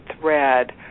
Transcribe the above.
thread